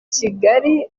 kigali